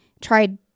tried